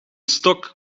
stok